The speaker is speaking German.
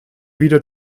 wieder